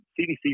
CDC